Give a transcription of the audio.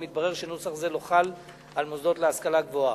התברר גם שנוסח זה לא חל על מוסדות להשכלה גבוהה.